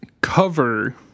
cover